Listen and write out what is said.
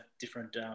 different